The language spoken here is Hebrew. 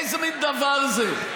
איזה מין דבר זה?